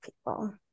people